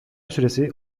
süresi